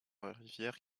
rivière